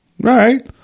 Right